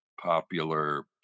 popular